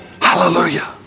Hallelujah